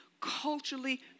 Culturally